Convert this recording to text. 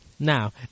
Now